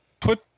put